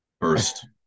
first